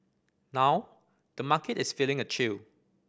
now the market is feeling a chill